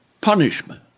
Punishment